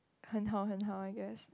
很好很好 I guess